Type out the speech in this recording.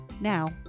now